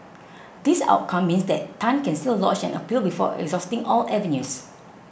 this outcome means that Tan can still lodge an appeal before exhausting all avenues